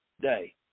day